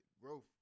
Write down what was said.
growth